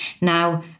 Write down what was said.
Now